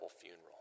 funeral